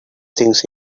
things